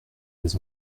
des